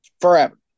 Forever